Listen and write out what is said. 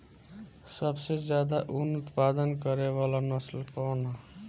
सबसे ज्यादा उन उत्पादन करे वाला नस्ल कवन ह?